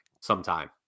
sometime